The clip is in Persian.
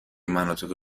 مناطق